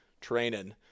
training